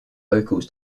locals